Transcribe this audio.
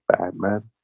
Batman